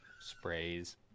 sprays